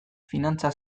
finantza